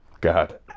God